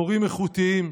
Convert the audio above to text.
מורים איכותיים,